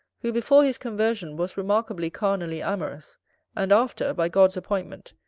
who, before his conversion, was remarkably carnally amorous and after, by god's appointment,